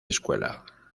escuela